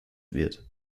wird